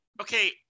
okay